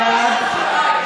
בעד ראש הממשלה הנוכלי ביותר,